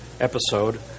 episode